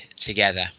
together